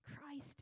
Christ